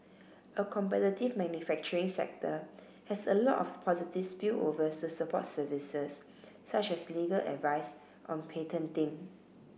a competitive manufacturing sector has a lot of positive spillovers support services such as legal advice on patenting